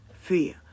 Fear